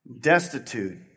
destitute